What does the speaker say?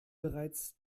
bereits